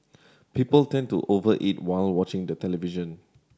people tend to over eat while watching the television